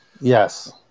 Yes